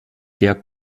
der